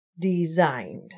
designed